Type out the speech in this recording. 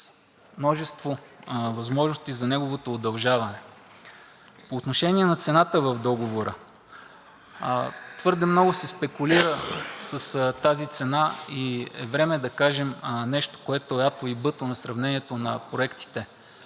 множество възможности за неговото удължаване. По отношение на цената в Договора. Твърде много се спекулира с тази цена и е време да кажем нещо, което е А и Б на сравнението на проектите.